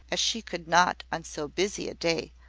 as she could not, on so busy a day,